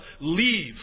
leave